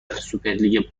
سوپرلیگ